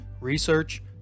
research